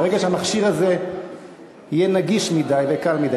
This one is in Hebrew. ברגע שהמכשיר הזה יהיה נגיש מדי וקל מדי.